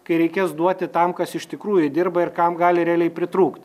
kai reikės duoti tam kas iš tikrųjų dirba ir kam gali realiai pritrūkt